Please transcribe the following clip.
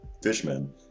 Fishmen